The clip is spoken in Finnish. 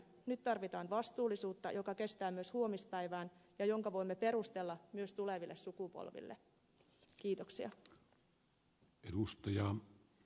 nyt tarvitaan vastuullisuutta joka kestää myös huomispäivään ja jonka voimme perustella myös tuleville sukupolville